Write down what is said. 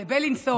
לבילינסון,